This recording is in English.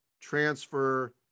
transfer